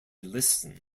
listen